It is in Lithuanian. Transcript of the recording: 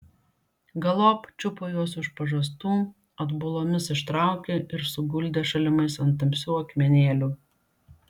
galop čiupo juos už pažastų atbulomis ištraukė ir suguldė šalimais ant tamsių akmenėlių